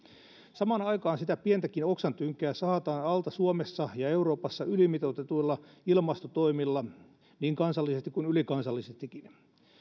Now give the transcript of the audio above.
samaan aikaan sitä pientäkin oksantynkää sahataan alta suomessa ja euroopassa ylimitoitetuilla ilmastotoimilla niin kansallisesti kuin ylikansallisestikin